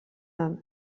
han